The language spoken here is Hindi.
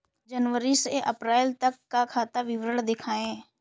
जनवरी से अप्रैल तक का खाता विवरण दिखाए?